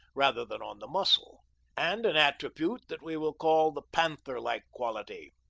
rather than on the muscle and an attribute that we will call the panther-like quality.